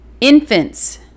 Infants